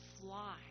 fly